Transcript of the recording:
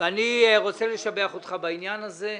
ואני רוצה לשבח אותך בעניין הזה.